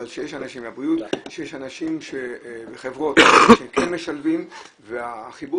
אבל יש אנשים וחברות שכן משלבים והחיבור